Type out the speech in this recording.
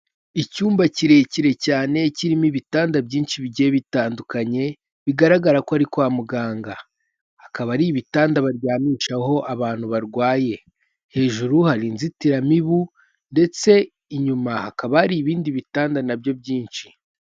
Icyumba kirekire cyane kirimo ibitanda byinshi bigiye bitandukanye, bigaragara ko ari kwa muganga, akaba ari ibitanda barwanmishaho abantu barwaye, hejuru hari inzitiramibu ndetse inyuma hakaba hari ibindi bitanda nabyo byinshi.